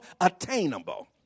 attainable